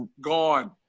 gone